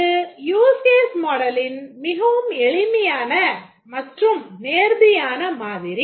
இது use case மாடலின் மிகவும் எளிமையான மற்றும் நேர்த்தியான மாதிரி